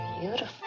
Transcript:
beautiful